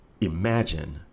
imagine